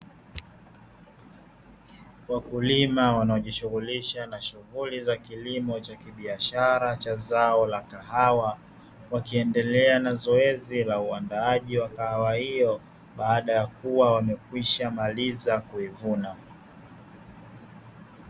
Wakulima wanaojishughulisha na shughuli za kilimo cha kibiashara cha zao la kahawa, wakiendelea na zoezi la uandaaji wa kahawa hiyo baada ya kuwa wamekwishamaliza kuivuna.